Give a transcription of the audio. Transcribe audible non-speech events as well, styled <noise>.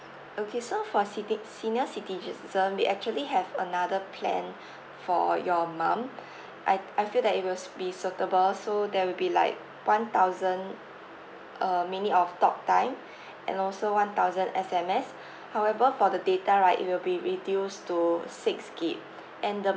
okay so for citi~ senior citizen we actually have another plan for your mum <breath> I I feel that it will s~ be suitable so that will be like one thousand uh minute of talk time <breath> and also one thousand S_M_S <breath> however for the data right it will be reduced to six gig and the